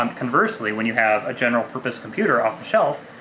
um conversely, when you have a general-purpose computer off the shelf,